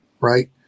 right